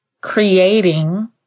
creating